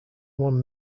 one